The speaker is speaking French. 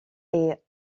est